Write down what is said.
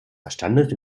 verstandes